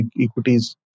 equities